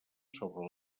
sobre